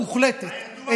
המוחלטת,